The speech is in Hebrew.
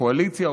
קואליציה,